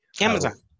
Amazon